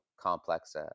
complex